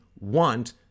want